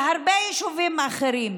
והרבה יישובים אחרים.